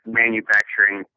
manufacturing